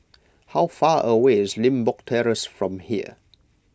how far away is Limbok Terrace from here